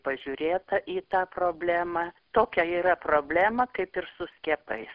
pažiūrėta į tą problemą tokia yra problema kaip ir su skiepais